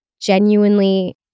genuinely